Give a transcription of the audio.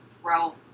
throw